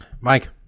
mike